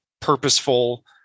purposeful